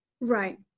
Right